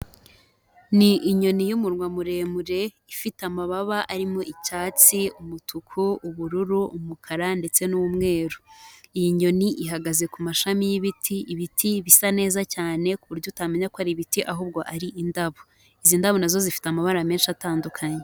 Ni inyoni y'umunwa muremure ifite amababa arimo icyatsi, umutuku, ubururu, umukara ndetse n'umweru. Iyi nyoni ihagaze ku mashami y'ibiti, ibiti bisa neza cyane ku buryo utamenya ko ari ibiti ahubwo ari indabo. Izi ndabo na zo zifite amabara menshi atandukanye.